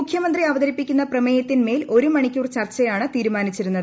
മുഖ്യമന്ത്രി അവതരിപ്പിക്കുന്ന പ്രമേയത്തിന്മേൽ ഒരു മണിക്കൂർ ചർച്ചയാണ് തീരുമാനിച്ചിരുന്നത്